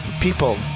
People